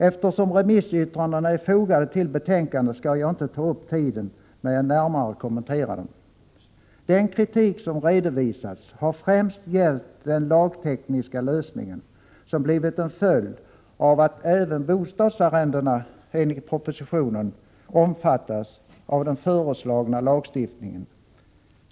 Eftersom remissyttrandena är fogade till betänkandet skall jag inte ta upp tiden med att närmare kommentera dem. Den kritik som redovisats har främst gällt den lagtekniska lösningen, som blivit en följd av att även bostadsarrendena enligt propositionen omfattas av den föreslagna lagstiftningen.